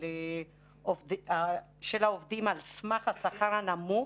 על סמך השכר הנמוך,